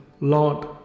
Lord